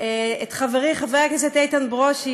את חברי חבר הכנסת איתן ברושי.